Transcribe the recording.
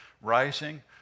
rising